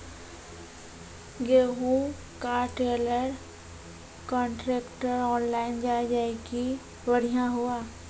गेहूँ का trailer contractor online जाए जैकी बढ़िया हुआ